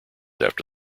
after